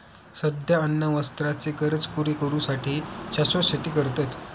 सध्या अन्न वस्त्राचे गरज पुरी करू साठी शाश्वत शेती करतत